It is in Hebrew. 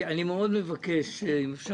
אני מאוד מבקש לקצר אם אפשר,